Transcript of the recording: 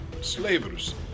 slavers